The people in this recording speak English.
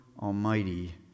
Almighty